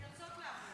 הן יוצאות לעבוד.